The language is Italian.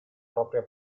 propria